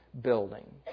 building